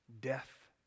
death